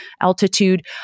altitude